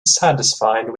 satisfied